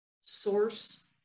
source